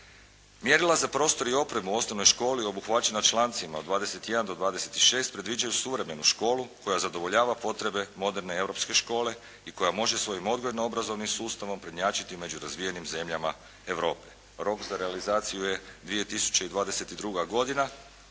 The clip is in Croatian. Mjerila za prostor i opremu u osnovnoj školi obuhvaćena člancima od 21. do 26. predviđaju suvremenu školu koja zadovoljava potrebe moderne europske škole i koja može svojim odgojno obrazovnim sustavom prednjačiti među razvijenim zemljama Europe. Rok za realizaciju je 2022. godina,